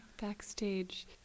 backstage